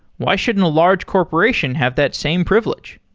why shouldn't a large corporation have that same privilege?